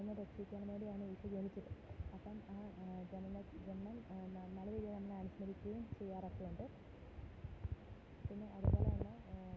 ഒന്നു രക്ഷിക്കാൻ വേണ്ടിയാണ് ഈശോ ജനിച്ചത് അപ്പോള് ആ ജനനം ജനനം നല്ല രീതിയില് നമ്മൾ അനുസ്മരിക്കുകയും ചെയ്യാറൊക്കെയുണ്ട് പിന്നെ അതുപോലെയാണ്